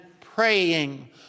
praying